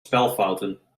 spelfouten